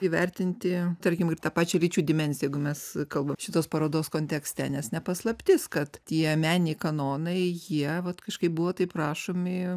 įvertinti tarkim ir tą pačią lyčių dimensiją jeigu kalbam šitos parodos kontekste nes ne paslaptis kad tie meniniai kanonai jie vat kažkaip buvo taip rašomi